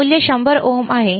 मूल्य 100 ओम आहे